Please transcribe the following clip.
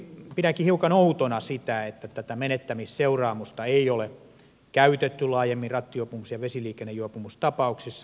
pidänkin hiukan outona sitä että tätä menettämisseuraamusta ei ole käytetty laajemmin rattijuopumus ja vesiliikennejuopumustapauksissa